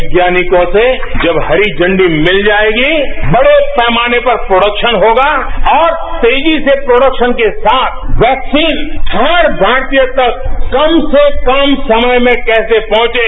वैज्ञानिकों से जब हरी झंडी मिल जाएगी बडे पैमाने पर प्रोडेक्शन होगा और तेजी से प्रोडेक्शन के साथ हर भारतीय तक कम से कम समय में कैसे पहुंचे